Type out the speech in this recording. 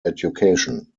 education